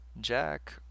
Jack